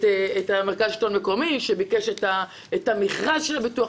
את המכרז של הביטוח.